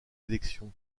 élections